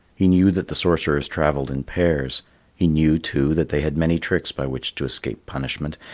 he knew that the sorcerers travelled in pairs he knew, too, that they had many tricks by which to escape punishment,